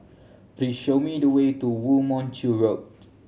please show me the way to Woo Mon Chew Road